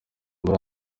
muri